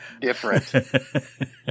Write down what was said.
different